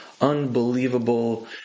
unbelievable